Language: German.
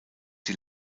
die